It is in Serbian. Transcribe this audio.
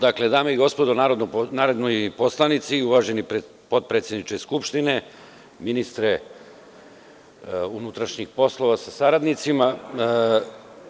Dakle, dame i gospodo narodni poslanici, uvaženi potpredsedniče Skupštine, ministre unutrašnjih poslova sa saradnicima,